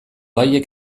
haiek